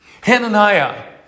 Hananiah